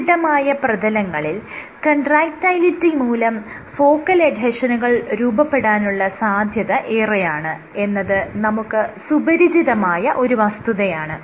സുദൃഢമായ പ്രതലങ്ങളിൽ കൺട്രാക്ടയിലിറ്റി മൂലം ഫോക്കൽ എഡ്ഹെഷനുകൾ രൂപപ്പെടാനുള്ള സാധ്യത ഏറെയാണ് എന്നത് നമുക്ക് സുപരിചിതമായ ഒരു വസ്തുതയാണ്